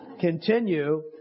continue